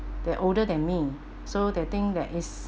they're older than me so they think that is